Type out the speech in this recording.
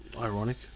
Ironic